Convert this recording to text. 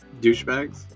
Douchebags